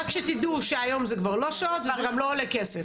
רק שתדעו שהיום זה כבר לא שעות וזה גם לא עולה כסף.